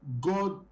god